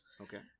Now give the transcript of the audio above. okay